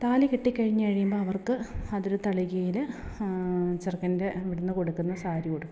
താലി കെട്ടി കഴിഞ്ഞു കഴിയുമ്പോൾ അവർക്ക് അതൊരു തളികയിൽ ചെറുക്കൻ്റെ അവിടെ നിന്ന് കൊടുക്കുന്ന സാരി ഉടുക്കും